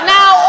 Now